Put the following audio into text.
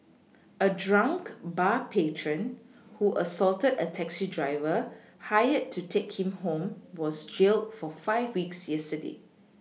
a drunk bar patron who assaulted a taxi driver hired to take him home was jailed for five weeks yesterday